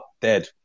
dead